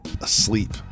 asleep